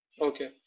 okay